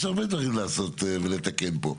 יש הרבה דברים לעשות ולתקן פה.